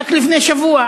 רק לפני שבוע